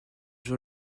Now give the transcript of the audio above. jean